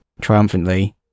Triumphantly